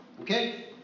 Okay